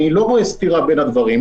אני לא רואה סתירה בין הדברים.